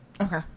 okay